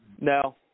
no